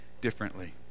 differently